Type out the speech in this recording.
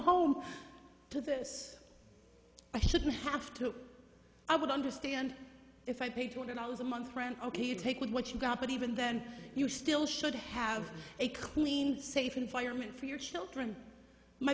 home to this i shouldn't have to i would understand if i paid two hundred dollars a month rent ok you take with what you got but even then you still should have a clean safe environment for your children my